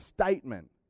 statement